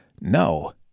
No